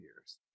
years